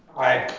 aye.